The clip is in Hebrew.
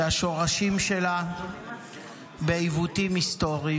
שהשורשים שלה בעיוותים היסטוריים,